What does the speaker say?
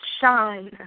shine